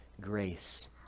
grace